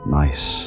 nice